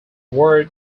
word